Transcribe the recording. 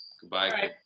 Goodbye